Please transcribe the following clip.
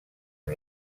amb